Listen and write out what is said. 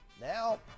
Now